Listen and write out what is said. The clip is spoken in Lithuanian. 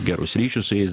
gerus ryšius su jais